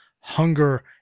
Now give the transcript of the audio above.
hunger